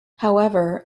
however